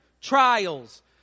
trials